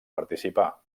participar